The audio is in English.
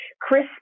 Chris